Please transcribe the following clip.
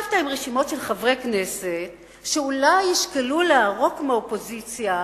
ישבת עם רשימות של חברי כנסת שאולי ישקלו לערוק מהאופוזיציה